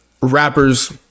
rappers